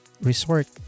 resort